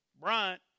Bryant